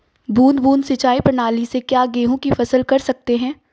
बूंद बूंद सिंचाई प्रणाली से क्या गेहूँ की फसल कर सकते हैं?